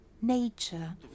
nature